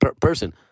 person